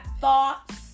thoughts